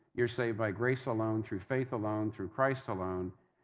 you're saved by grace alone, through faith alone, through christ alone.